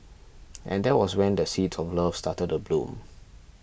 and that was when the seeds of love started to bloom